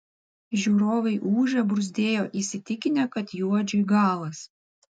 žiūrovai ūžė bruzdėjo įsitikinę kad juodžiui galas